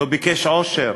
לא ביקש עושר: